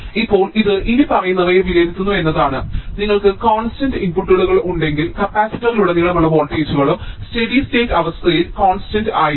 ഇപ്പോൾ ഇത് ഇനിപ്പറയുന്നവയെ വിലയിരുത്തുന്നു എന്നതാണ് നിങ്ങൾക്ക് കോൺസ്റ്റന്റ് ഇൻപുട്ടുകൾ ഉണ്ടെങ്കിൽ കപ്പാസിറ്ററുകളിലുടനീളമുള്ള വോൾട്ടേജുകളും സ്റ്റെഡി സ്റ്റേറ്റ് അവസ്ഥയിൽ കോൺസ്റ്റന്റ് ആയിരിക്കും